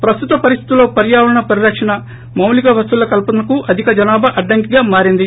ప్రస్తుత పరిస్తితుల్లో పర్యావరణ పరిరక్షణ మౌలిక వసతుల కల్పనకు అధిక జనాభా అడంకిగా మారింది